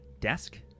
desk